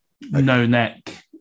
no-neck